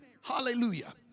hallelujah